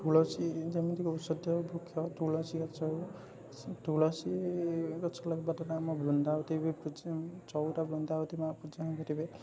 ତୁଳସୀ ଯେମିତିକି ଔଷଧୀୟ ବୃକ୍ଷ ତୁଳସୀ ଗଛ ହେଉ ତୁଳସୀ ଗଛ ଲଗେଇବା ଦ୍ୱାରା ଆମ ବୃନ୍ଦାବତୀ ବି ଚଉରା ବୃନ୍ଦାବତୀ ମା ପୂଜା ହେଇ ପାରିବେ